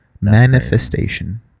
Manifestation